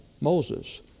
Moses